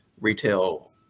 retail